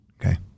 Okay